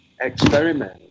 experiment